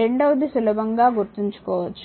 రెండవది సులభం గా గుర్తుంచుకోవచ్చు